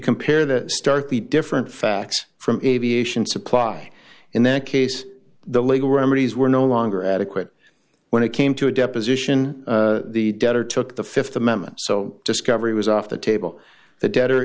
compare the starkly different facts from aviation supply in that case the legal remedies were no longer adequate when it came to a deposition the debtor took the th amendment so discovery was off the table the debtor